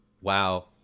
Wow